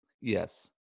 Yes